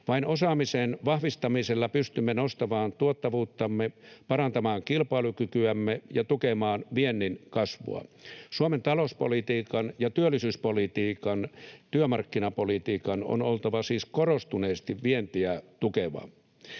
Vain osaamisen vahvistamisella pystymme nostamaan tuottavuuttamme, parantamaan kilpailukykyämme ja tukemaan viennin kasvua. Suomen talouspolitiikan ja työllisyyspolitiikan, työmarkkinapolitiikan, on oltava korostuneesti vientiä tukevaa.